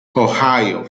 ohio